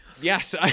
Yes